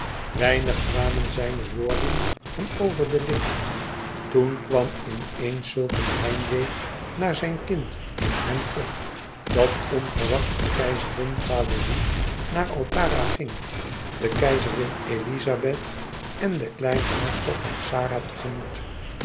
weinig kwamen zijne woorden hem over de lippen toen kwam in eens zulk een heimwee naar zijn kind in hem op dat onverwachts de keizerin valérie naar altara ging de keizerin elizabeth en den kleinen hertog van xara